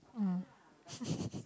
mm